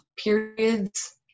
periods